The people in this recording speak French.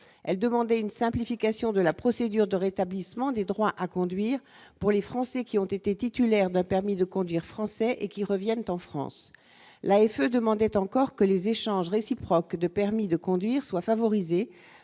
elle demandait une simplification de la procédure de rétablissement des droits à conduire pour les Français qui ont été titulaires d'un permis de conduire, français et qui revient en France l'AFE demandait encore que les échanges réciproques de permis de conduire soient favorisés,